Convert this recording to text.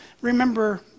Remember